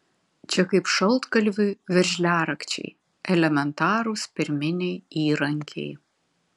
čia kaip šaltkalviui veržliarakčiai elementarūs pirminiai įrankiai